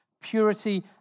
purity